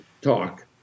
talk